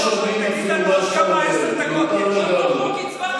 לא שומעים אפילו מה אתה אומר.